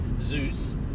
Zeus